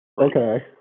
okay